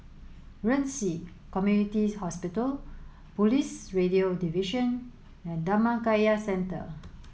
Ren Ci Community Hospital Police Radio Division and Dhammakaya Centre